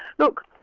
look,